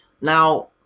Now